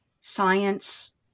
science